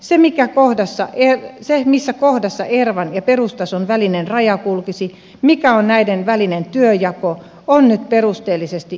se missä kohdassa ervan ja perustason välinen raja kulkisi mikä on näiden välinen työnjako on nyt perusteellisesti jatkotyössä arvioitava